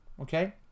Okay